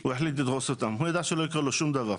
הוא החליט לדרוס אותם, הוא ידע שלא יקרה לו דבר.